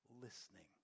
listening